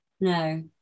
No